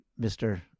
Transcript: Mr